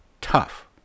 Tough